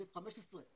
סעיף 15,